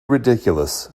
ridiculous